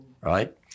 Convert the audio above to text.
right